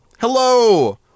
Hello